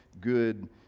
good